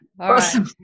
Awesome